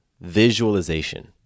visualization